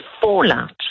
fallout